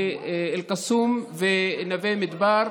אל-קסום ונווה מדבר.